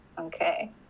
okay